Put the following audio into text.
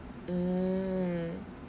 mm